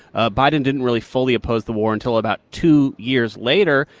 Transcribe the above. ah biden didn't really fully oppose the war until about two years later,